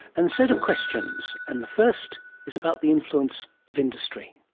and so to questions and the first is about the influence of industry.